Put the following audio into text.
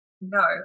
no